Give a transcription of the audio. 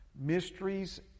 mysteries